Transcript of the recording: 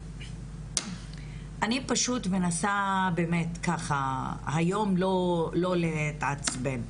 אני פשוט מנסה באמת ככה היום לא להתעצבן.